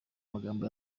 magambo